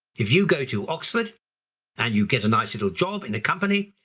if you go to oxford and you get a nice little job in a company,